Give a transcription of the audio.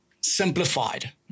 simplified